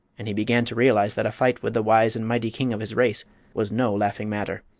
and he began to realize that a fight with the wise and mighty king of his race was no laughing matter.